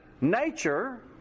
nature